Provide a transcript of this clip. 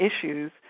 issues